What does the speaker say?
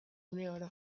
uneoro